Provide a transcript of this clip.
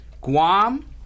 Guam